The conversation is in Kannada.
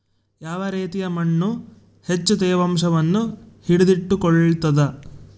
ಯಾವ ರೇತಿಯ ಮಣ್ಣು ಹೆಚ್ಚು ತೇವಾಂಶವನ್ನು ಹಿಡಿದಿಟ್ಟುಕೊಳ್ತದ?